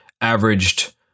averaged